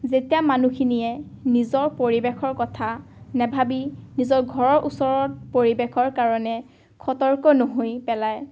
যেতিয়া মানুহখিনিয়ে নিজৰ পৰিৱেশৰ কথা নাভাবি নিজৰ ঘৰৰ ওচৰত পৰিৱেশৰ কাৰণে সতৰ্ক নহৈ পেলায়